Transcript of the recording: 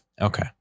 Okay